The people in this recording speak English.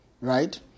right